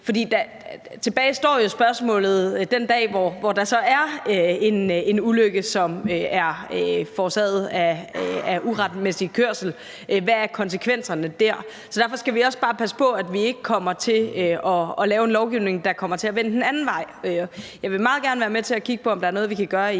er den dag, hvor der så er en ulykke, som er forårsaget af uretmæssig kørsel? Derfor skal vi også bare passe på, at vi ikke kommer til at lave en lovgivning, der kommer til at vende den anden vej. Jeg vil meget gerne være med til at kigge på, om der er noget, vi kan gøre i